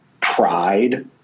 pride